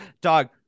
Dog